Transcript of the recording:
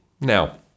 Now